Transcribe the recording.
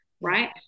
right